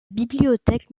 bibliothèque